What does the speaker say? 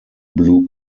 blue